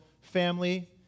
family